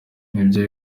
nibyo